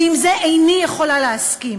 ועם זה איני יכולה להסכים.